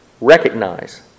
recognize